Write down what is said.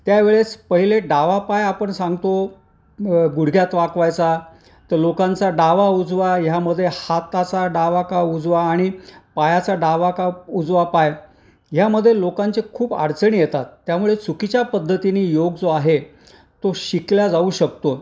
त्यावेळेस पहिले डावा पाय आपण सांगतो गुडघ्यात वाकवायचा तर लोकांचा डावा उजवा ह्यामध्ये हाताचा डावा का उजवा आणि पायाचा डावा का उजवा पाय ह्यामध्ये लोकांचे खूप अडचणी येतात त्यामुळे चुकीच्या पद्धतीने योग जो आहे तो शिकला जाऊ शकतो